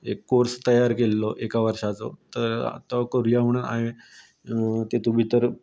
course तयार केल्लो एका वर्साचो तर तो कोरूया म्हण हांयेन तेतून भितर